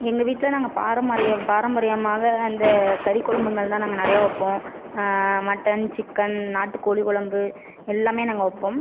எங்கள் வீட்டில் நாங்கள் பாரம்பரிய பாரம்பரியமாக அந்த கறிக்குழம்புங்கள் தான் நாங்கள் நிறையா வைப்போம் மட்டன் சிக்கன் நாட்டுக் கோழி குழம்பு எல்லாமே நாங்கள் வைப்போம்